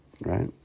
right